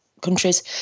countries